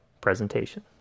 presentation